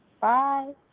Bye